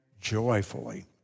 joyfully